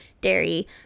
dairy